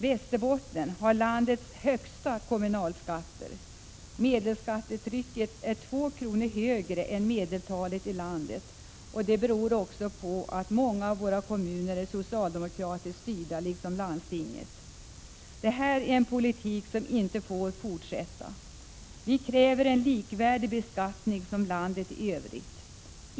Västerbotten har landets högsta kommunalskatter — medelskattetrycket är 2 kr. högre än medeltalet i landet. Det beror på att många av våra kommuner liksom landstinget är socialdemokratiskt styrda. Det här är en politik som inte får fortsätta. Vi kräver en likvärdig beskattning med landet i övrigt.